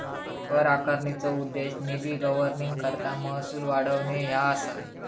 कर आकारणीचो उद्देश निधी गव्हर्निंगकरता महसूल वाढवणे ह्या असा